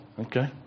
Okay